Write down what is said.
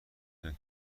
میاید